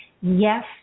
yes